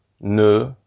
ne